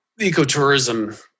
ecotourism